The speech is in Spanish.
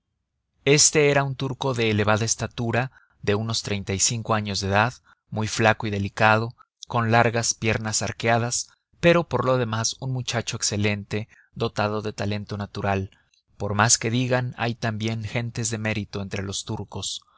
este era un turco de elevada estatura de unos treinta y cinco años de edad muy flaco y delicado con largas piernas arqueadas pero por lo demás un muchacho excelente dotado de talento natural por más que digan hay también gentes de mérito entre los turcos